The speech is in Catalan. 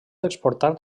exportar